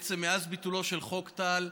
בעצם מאז ביטולו של חוק טל,